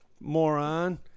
moron